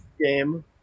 game